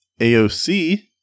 AOC